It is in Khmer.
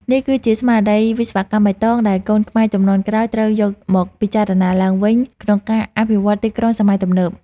នេះគឺជាស្មារតី វិស្វកម្មបៃតង ដែលកូនខ្មែរជំនាន់ក្រោយត្រូវយកមកពិចារណាឡើងវិញក្នុងការអភិវឌ្ឍទីក្រុងសម័យទំនើប។